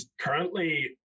currently